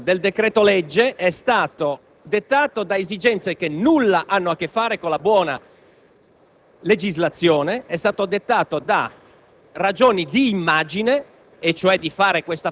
Presidente. Il meccanismo di questo decreto-legge è stato dettato da esigenze che nulla hanno a che fare con la buona legislazione. È stato dettato da